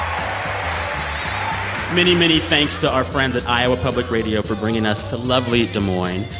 um many, many thanks to our friends at iowa public radio for bringing us to lovely des moines.